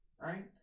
Right